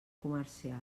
comercial